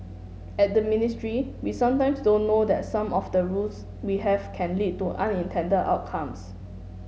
at the ministry we sometimes don't know that some of the rules we have can lead to unintended outcomes